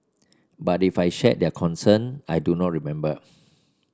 but if I shared their concern I do not remember